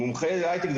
מומחה להייטק,